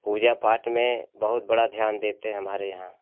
पूजा पाठ में बहुत बड़ा ध्यान देते हमारे यहाँ